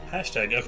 Hashtag